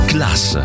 Class